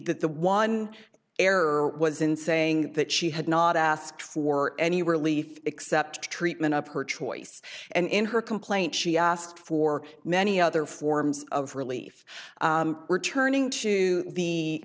that the one error was in saying that she had not asked for any relief except treatment of her choice and in her complaint she asked for many other forms of relief returning to the